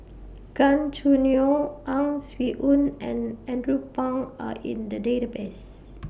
Gan Choo Neo Ang Swee Aun and Andrew Phang Are in The Database